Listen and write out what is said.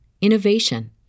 innovation